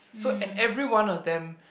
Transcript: so and everyone of them